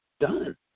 done